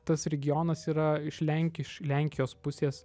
tas regionas yra iš lenkiš lenkijos pusės